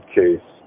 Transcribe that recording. case